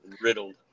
Riddled